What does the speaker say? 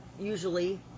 usually